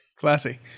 Classy